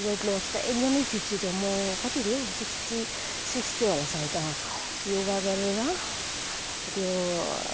weight loss त एकदमै छिटो छिटो म कति थिएँ हो सिक्सटी सिक्सटी होला सायद अँ योगा गरेर त्यो